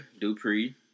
Dupree